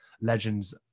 legends